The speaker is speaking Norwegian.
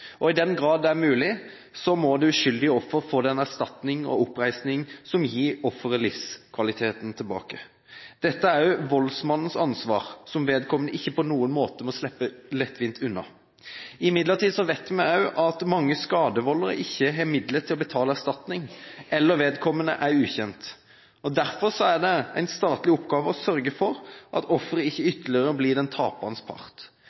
Og i den grad det er mulig, må det uskyldige offeret få den erstatning og oppreisning som gir offeret livskvaliteten tilbake. Dette er også voldsmannens ansvar, og som vedkommende ikke på noen måte må slippe lettvint unna. Vi vet imidlertid at mange skadevoldere ikke har midler til å betale erstatning, eller vedkommende er ukjent. Derfor er det en statlig oppgave å sørge for at offeret ikke